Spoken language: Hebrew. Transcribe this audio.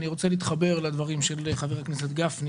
אני רוצה להתחבר לדברים של חבר הכנסת גפני